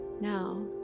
Now